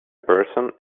person